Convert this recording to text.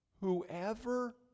Whoever